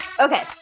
Okay